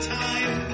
time